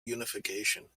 unification